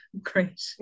Great